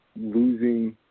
losing